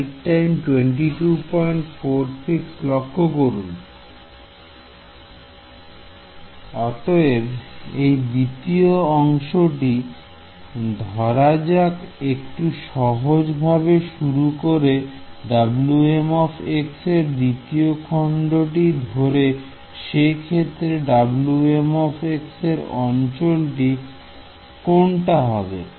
Student অতএব এই দ্বিতীয় অংশটি ধরা যাক একটু সহজ ভাবে শুরু করে Wm এর দ্বিতীয় খন্ডটি ধরে সে ক্ষেত্রে Wm এর অঞ্চলটি কোনটা হবে